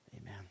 Amen